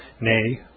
nay